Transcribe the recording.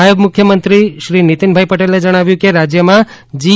નાયબ મુખ્યમંત્રીશ્રી નીતિનભાઇ પટેલે જણાવ્યુ છે કે રાજ્યમાં જી